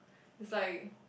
is like